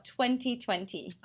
2020